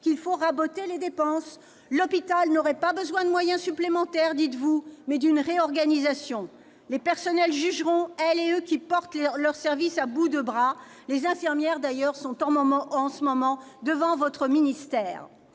qu'il faut raboter les dépenses. L'hôpital n'a pas besoin de moyens supplémentaires, dites-vous, mais d'une réorganisation. Les personnels, celles et ceux qui portent leurs services à bout de bras, jugeront. Les infirmières sont d'ailleurs en ce moment même devant votre ministère